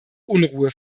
unruhe